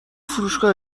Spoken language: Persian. فروشگاه